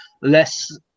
less